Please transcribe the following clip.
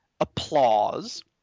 applause